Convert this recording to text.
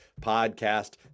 podcast